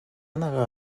negar